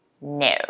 No